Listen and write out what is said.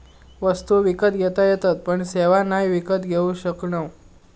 वस्तु विकत घेता येतत पण सेवा नाय विकत घेऊ शकणव